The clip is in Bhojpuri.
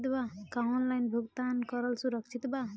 का ऑनलाइन भुगतान करल सुरक्षित बा?